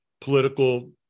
political